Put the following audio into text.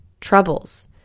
troubles